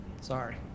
Sorry